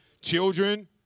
Children